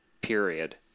period